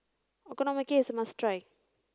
Okonomiyaki must try